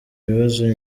ibibazo